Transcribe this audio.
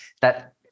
that-